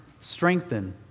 strengthen